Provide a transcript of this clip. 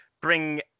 bring